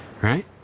right